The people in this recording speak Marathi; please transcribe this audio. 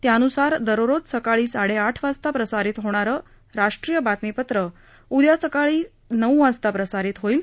त्यानुसार दररोज सकाळी साडे आठ वाजता प्रसारित होणारं राष्ट्रीय बातमीपत्र उद्या सकाळी नऊ वाजता प्रसारित होईल